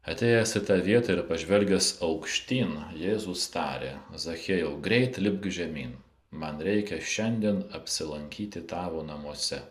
atėjęs į tą vietą ir pažvelgęs aukštyn jėzus tarė zachiejau greit lipk žemyn man reikia šiandien apsilankyti tavo namuose